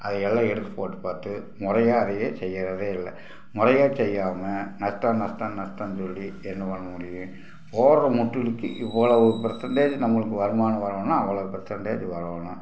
அதை எல்லாம் எடுத்து போட்டு பார்த்து முறையா அதையே செய்கிறதே இல்லை முறையா செய்யாமல் நஷ்டம் நஷ்டம் நஷ்டன்னு சொல்லி என்ன பண்ண முடியும் ஓட்ற முட்டுலுக்கு இவ்வளோவு பர்சன்டேஜ் நம்மளுக்கு வருமானம் வரணுனால் அவ்வளோ பர்சன்டேஜ் வரணும்